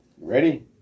Ready